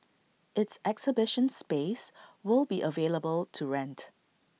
its exhibition space will be available to rent